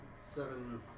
Seven